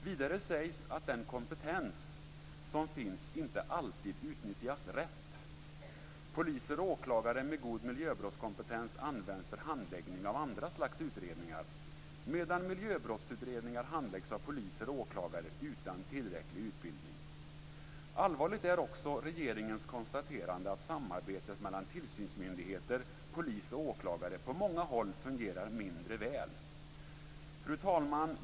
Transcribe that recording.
Vidare sägs det att den kompetens som finns inte alltid utnyttjas rätt. Poliser och åklagare med god miljöbrottskompetens används för handläggning av andra slags utredningar, medan miljöbrottsutredningar handläggs av poliser och åklagare utan tillräcklig utbildning. Allvarligt är också regeringens konstaterande att samarbetet mellan tillsynsmyndigheter, polis och åklagare på många håll fungerar mindre väl. Fru talman!